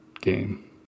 game